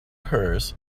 hers